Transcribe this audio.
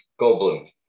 Goldblum